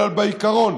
אלא לעיקרון.